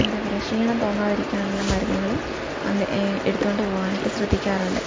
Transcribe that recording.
എന്താ പറയുക ക്ഷീണം തോന്നാതിരിക്കാനുള്ള മരുന്നുകളും അന്ന് എടുത്തുകൊണ്ട് പോകുവാനായിട്ട് ശ്രദ്ധിക്കാറുണ്ട്